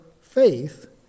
faith